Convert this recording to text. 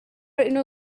اینو